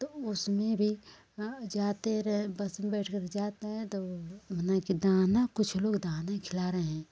तो उसमें भी जाते रहे बस में बैठ कर जाते हैं तो मने की दाना कुछ लोग दाना खिला रहें हैं